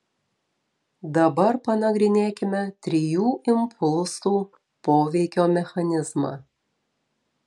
dabar panagrinėkime trijų impulsų poveikio mechanizmą